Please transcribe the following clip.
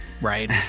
Right